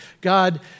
God